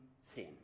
sin